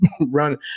run